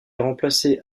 remplacé